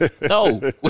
No